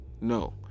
no